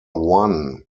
one